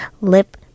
lip